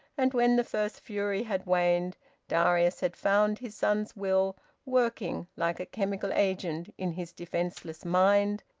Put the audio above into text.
and when the first fury had waned darius had found his son's will working like a chemical agent in his defenceless mind,